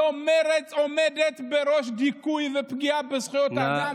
היום מרצ עומדת בראש דיכוי ופגיעה בזכויות האדם,